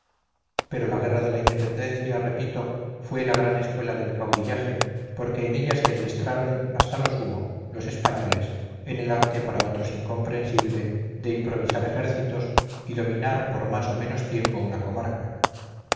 pero la guerra de la independencia repito fue la gran escuela del caudillaje porque en ella se adiestraron hasta lo sumo los españoles en el arte para otros incomprensible de improvisar ejércitos y dominar por más o menos tiempo una comarca